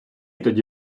тоді